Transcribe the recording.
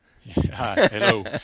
Hello